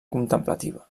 contemplativa